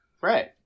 Right